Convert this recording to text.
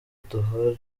duhora